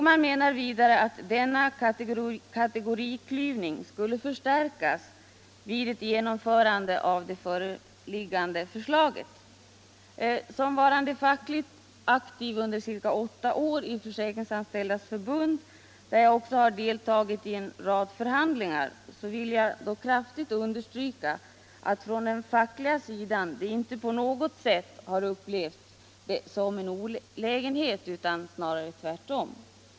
Man menar också att denna kategoriklyvning skulle förstärkas vid ett genomförande av föreliggande kommittéförslag. Som fackligt aktiv under ca åtta år i Försäkringsanställdas förbund, där jag också har deltagit i en rad förhandlingar, vill jag kraftigt understryka att vi på den fackliga sidan inte på något sätt har upplevt detta som en olägenhet, snarare tvärtom.